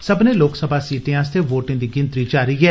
संब्बनें लोकसभा सीटें आस्तै वोटें दी गिनतरी जारी ऐ